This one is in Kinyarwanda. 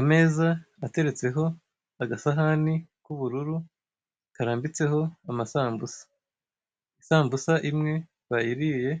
Ameza ateretseho agasahani k'ubururu karambitseho amasambuza. Isambusa imwe bayiriye